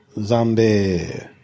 zombie